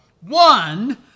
one